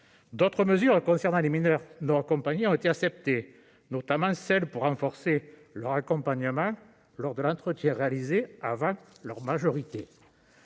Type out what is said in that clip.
D'autres mesures concernant les mineurs non accompagnés ont été acceptées, notamment celles qui visent à renforcer leur accompagnement lors de l'entretien réalisé avant leur majorité.